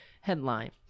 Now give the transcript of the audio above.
headline